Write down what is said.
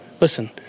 Listen